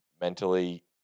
mentally